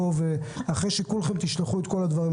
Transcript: אחרי שתשלחו את כל הדברים,